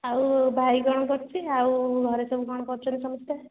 ଆଉ ଭାଇ କ'ଣ କରୁଛି ଆଉ ଘରେ ସବୁ କ'ଣ କରୁଛନ୍ତି ସମସ୍ତେ